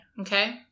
Okay